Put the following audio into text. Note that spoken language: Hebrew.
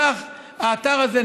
כך האתר הזה,